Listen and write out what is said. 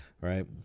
right